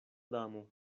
damo